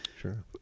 Sure